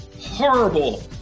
horrible